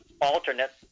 alternate